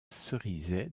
cerizay